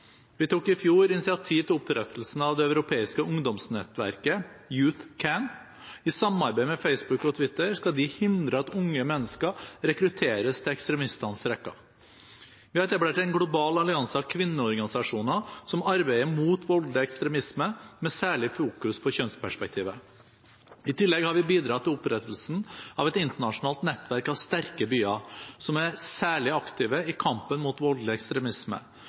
Vi tok i fjor initiativ til opprettelsen av det europeiske ungdomsnettverket YouthCAN. I samarbeid med Facebook og Twitter skal de hindre at unge mennesker rekrutteres til ekstremistenes rekker. Vi har etablert en global allianse av kvinneorganisasjoner som arbeider mot voldelig ekstremisme, med særlig fokus på kjønnsperspektivet. I tillegg har vi bidratt til opprettelsen av et internasjonalt nettverk av «sterke byer» som er særlig aktive i kampen mot voldelig ekstremisme.